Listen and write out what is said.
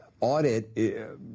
audit